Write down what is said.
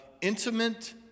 intimate